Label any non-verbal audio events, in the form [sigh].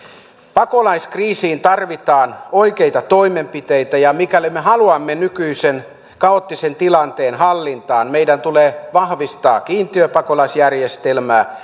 pakolaiskriisiin tarvitaan oikeita toimenpiteitä ja mikäli me haluamme nykyisen kaoottisen tilanteen hallintaan meidän tulee vahvistaa kiintiöpakolaisjärjestelmää [unintelligible]